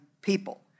people